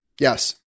Yes